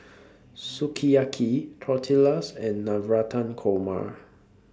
Sukiyaki Tortillas and Navratan Korma